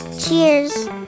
cheers